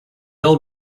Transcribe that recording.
old